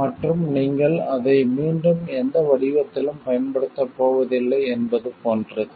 மற்றும் நீங்கள் அதை மீண்டும் எந்த வடிவத்திலும் பயன்படுத்தப் போவதில்லை என்பது போன்றது